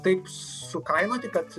taip sukainioti kad